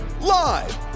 live